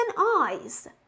eyes